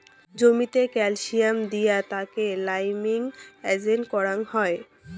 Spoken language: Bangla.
জমিতে ক্যালসিয়াম দিয়া তাকে লাইমিং এজেন্ট করাং হই